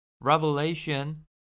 Revelation